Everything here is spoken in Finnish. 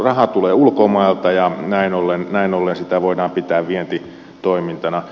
raha tulee ulkomailta ja näin ollen sitä voidaan pitää vientitoimintana